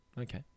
Okay